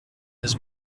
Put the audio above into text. his